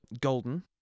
golden